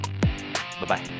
Bye-bye